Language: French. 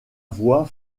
voie